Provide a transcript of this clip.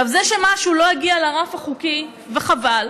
עכשיו, זה שמשהו לא הגיע לרף החוקי, וחבל.